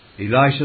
Elisha